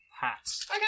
hats